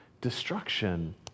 destruction